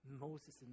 Moses